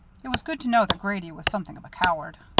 it was good to know that grady was something of a coward.